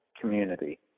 community